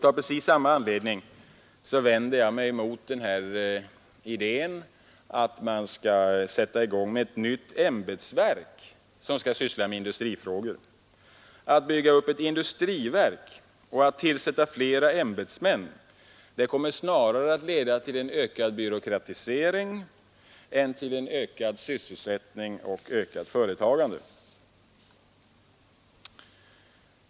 Av precis samma anledning vänder jag mig mot idén att sätta i gång ett nytt ämbetsverk som skall syssla med industrifrågor. Att bygga upp ett industriverk och därmed tillsätta flera ämbetsmän kommer snarare att leda till en ökad byråkratisering än till en ökad sysselsättning och ett ökat företagande.